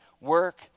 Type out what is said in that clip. work